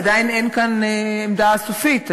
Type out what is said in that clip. עדיין אין כאן עמדה סופית.